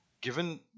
given